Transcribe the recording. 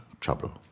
trouble